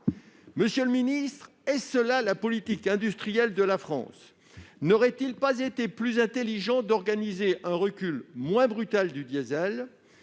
Monsieur le ministre, est-ce cela la politique industrielle de la France ? N'aurait-il pas été plus intelligent d'organiser un recul moins brutal du diesel ?